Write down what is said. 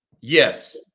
Yes